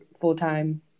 full-time